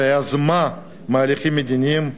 שיזמה מהלכים מדיניים,